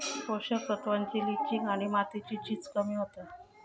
पोषक तत्त्वांची लिंचिंग आणि मातीची झीज कमी होता